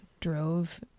drove